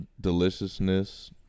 Deliciousness